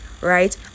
right